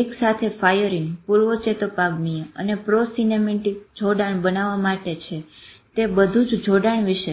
એકસાથે ફાયરીંગ પૂર્વચેતોપાગમીય અને પ્રોસિનેપટીક જોડાણ બનાવવા માટે છે તે બધું જ જોડાણ વિશે છે